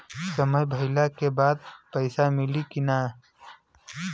समय भइला के बाद पैसा मिली कि ना?